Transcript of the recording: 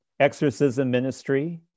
ExorcismMinistry